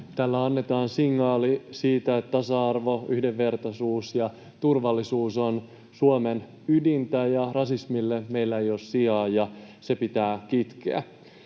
tällä annetaan signaali siitä, että tasa-arvo, yhdenvertaisuus ja turvallisuus ovat Suomen ydintä ja että rasismille meillä ei ole sijaa ja se pitää kitkeä.